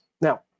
Now